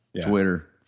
Twitter